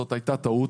זאת הייתה טעות.